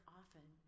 often